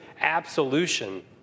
absolution